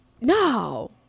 no